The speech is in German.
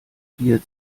vier